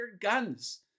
guns